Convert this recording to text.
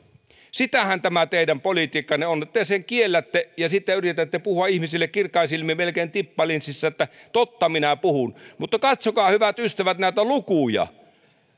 sitähän tämä teidän politiikkanne on te sen kiellätte ja sitten yritätte puhua ihmisille kirkkain silmin melkein tippa linssissä että totta minä puhun katsokaa hyvät ystävät näitä lukuja